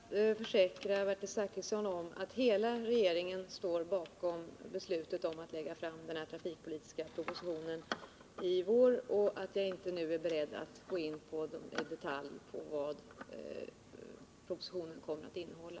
Herr talman! Jag vill bara försäkra Bertil Zachrisson om att hela regeringen står bakom beslutet om att lägga fram den här trafikpolitiska propositionen i vår, och jag är inte nu beredd att i detalj gå in på vad propositionen kommer att innehålla.